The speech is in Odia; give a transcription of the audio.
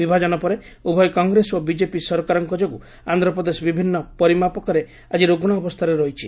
ବିଭାଜନ ପରେ ଉଭୟ କଂଗ୍ରେସ ଓ ବିଜେପି ସରକାରଙ୍କ ଯୋଗୁଁ ଆନ୍ଧ୍ରପ୍ରଦେଶ ବିଭିନ୍ନ ପରିମାପକରେ ଆକି ରୁଗ୍ଣ ଅବସ୍ଥାରେ ରହିଛି